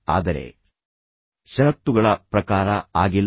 ಅವರ ಷರತ್ತುಗಳ ಪ್ರಕಾರ ಆಗಿಲ್ಲ